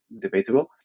debatable